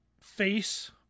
face